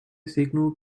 signal